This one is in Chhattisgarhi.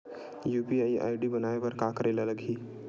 यू.पी.आई आई.डी बनाये बर का करे ल लगही?